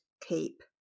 keep